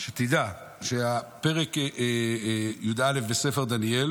שתדע שפרק י"א בספר דניאל